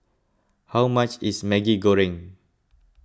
how much is Maggi Goreng